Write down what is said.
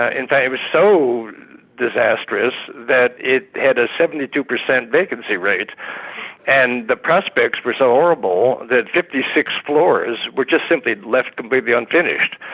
ah in fact, it was so disastrous that it had a seventy two per cent vacancy rate and the prospects were so horrible that fifty six floors were just simply left completely unfinished.